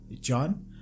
John